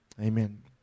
Amen